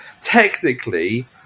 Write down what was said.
Technically